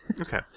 okay